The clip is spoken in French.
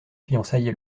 fiançailles